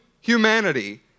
humanity